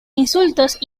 insultos